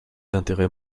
intérêts